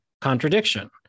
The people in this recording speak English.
contradiction